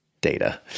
data